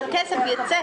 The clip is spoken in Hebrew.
היועץ המשפטי לממשלה,